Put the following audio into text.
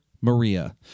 Maria